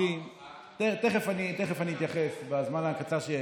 תכף אני אתייחס, בזמן הקצר שיש.